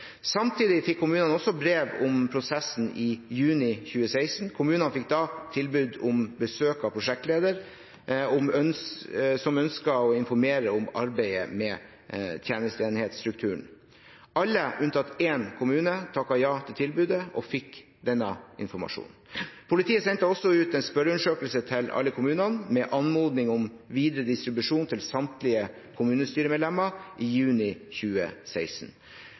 Samtidig fikk kommunene brev om prosessen i juni 2016. Kommunene fikk da tilbud om besøk av prosjektleder, som ønsket å informere om arbeidet med tjenesteenhetsstrukturen. Alle unntatt én kommune takket ja til tilbudet og fikk denne informasjonen. Politiet sendte også ut en spørreundersøkelse til alle kommunene med anmodning om videre distribusjon til samtlige kommunestyremedlemmer i juni 2016.